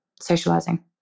socializing